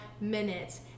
minutes